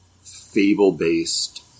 fable-based